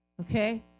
Okay